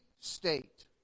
state